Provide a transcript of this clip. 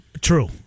True